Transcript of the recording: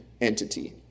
entity